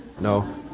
No